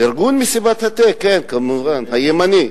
ארגון "מסיבת התה", כן, כמובן, הימני.